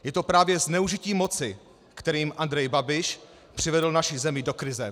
Je to právě zneužití moci, kterým Andrej Babiš přivedl naši zemi do krize.